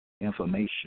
information